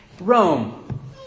Rome